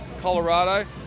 Colorado